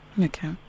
Okay